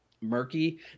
murky